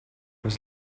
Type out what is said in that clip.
was